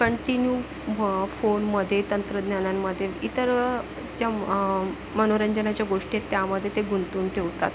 continue फोनमध्ये तंत्रज्ञानांमध्ये इतर ज्या मनोरंजनाच्या गोष्टी आहेत त्यामध्ये ते गुंतून ठेवतात